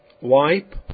wipe